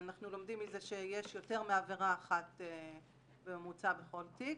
אנחנו לומדים מזה שיש יותר מעבירה אחת בממוצע בכל תיק.